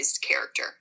character